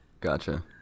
Gotcha